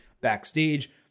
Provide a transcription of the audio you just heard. backstage